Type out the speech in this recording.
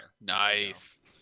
Nice